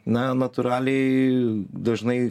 na natūraliai dažnai